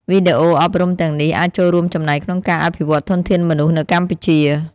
វីដេអូអប់រំទាំងនេះអាចចូលរួមចំណែកក្នុងការអភិវឌ្ឍធនធានមនុស្សនៅកម្ពុជា។